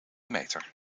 meter